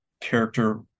character